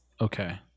Okay